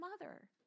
mother